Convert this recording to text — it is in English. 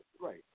right